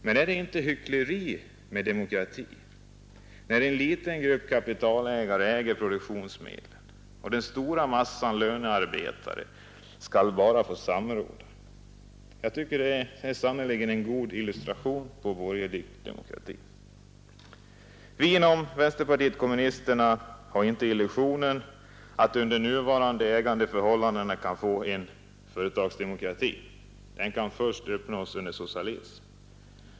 Men är det inte hyckleri med ordet demokrati, när en liten grupp kapitalägare äger produktionsmedlen och den stora massan lönearbetare bara skall få samråda? Det är sannerligen en god illustration till borgerlig demokrati. Vi inom vänsterpartiet kommunisterna hyser inte illusionen att man under nuvarande ägandeförhållanden kan få till stånd en företagsdemokrati. Den kan först uppnås under socialismen.